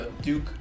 Duke